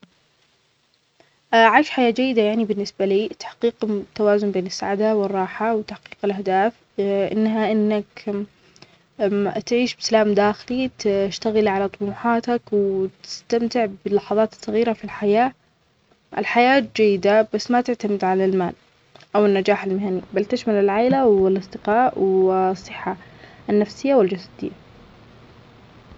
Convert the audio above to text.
عيش حياة جيدة يعني التمتع بالصحة والسعادة، مع التوازن بين العمل والراحة. يشمل ذلك بناء علاقات قوية مع العائلة والأصدقاء، وتحقيق أهداف شخصية ومهنية، والشعور بالرضا الداخلي. الأهم هو العيش بسلام داخلي مع النفس، والاستمتاع بكل لحظة مع احترام القيم والمبادئ.